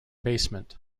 basement